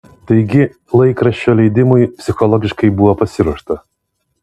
taigi laikraščio leidimui psichologiškai buvo pasiruošta